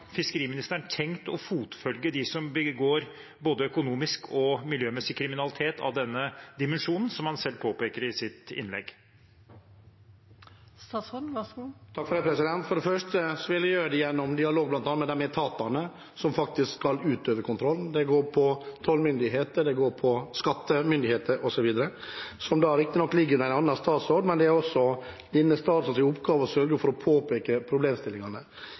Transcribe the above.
fiskeriministeren tenkt å fotfølge dem som begår både økonomisk og miljømessig kriminalitet av denne dimensjonen, som han selv påpeker i sitt innlegg? For det første vil jeg gjøre det gjennom dialog med bl.a. de etatene som faktisk skal utøve kontrollen. Det går på tollmyndigheter, det går på skattemyndigheter osv., som riktignok ligger under en annen statsråd, men det er også denne statsrådens oppgave å sørge for å påpeke problemstillingene.